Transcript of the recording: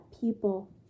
people